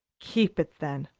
keep it, then,